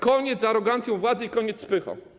Koniec z arogancją władzy i koniec z pychą.